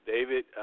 David